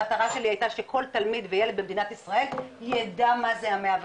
המטרה שלי הייתה שכל תלמיד וילד במדינת ישראל יידע מה זה ה-105,